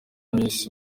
miss